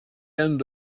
end